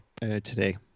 today